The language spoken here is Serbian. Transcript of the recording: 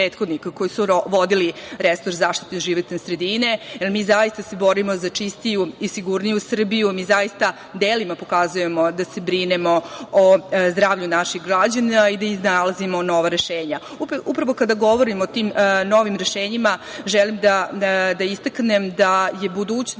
koji su vodili resor zaštite životne sredine. Mi zaista se borimo za čistiju i sigurniju Srbiju, mi zaista delima pokazujemo da se brinemo o zdravlju naših građana i da iznalazimo nova rešenja. Upravo kada govorim o tim novim rešenjima želim da istaknem da je budućnost